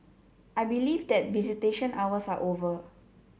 I believe that visitation hours are over